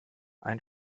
ein